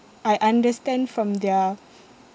I understand from their